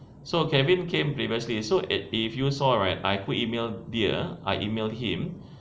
so kevin came previously so if you saw right I put email dia I emailed him